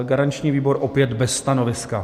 Garanční výbor: opět bez stanoviska.